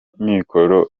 mikoro